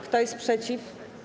Kto jest przeciw?